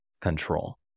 control